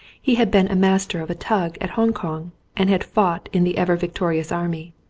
he had been master of a tug at hong-kong and had fought in the ever victorious army.